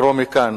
לקרוא מכאן